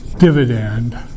dividend